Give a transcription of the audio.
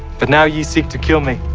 but now ye seek to kill me,